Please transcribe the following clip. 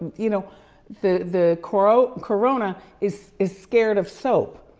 you know the the corona corona is is scared of soap.